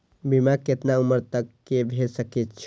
बीमा केतना उम्र तक के भे सके छै?